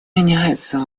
меняется